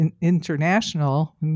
international